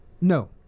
No